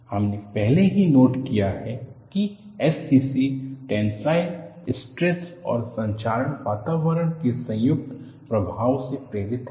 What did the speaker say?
हमने पहले ही नोट किया है कि SCC टेंसाइल स्ट्रेस और संक्षारक वातावरण के संयुक्त प्रभाव से प्रेरित है